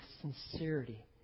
sincerity